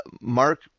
Mark